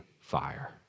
fire